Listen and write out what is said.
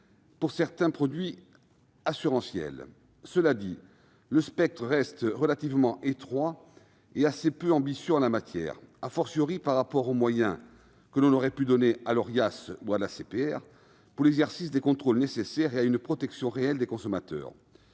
pour certains produits assurantiels. Cela dit, le spectre reste relativement étroit et assez peu ambitieux en la matière, par rapport aux moyens que l'on aurait pu donner à l'Orias ou à l'ACPR pour l'exercice des contrôles nécessaires et une protection réelle des consommateurs.